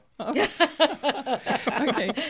Okay